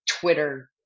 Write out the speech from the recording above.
Twitter